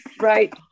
Right